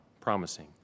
promising